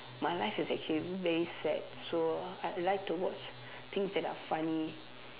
my life is actually very sad so I like to watch things that are funny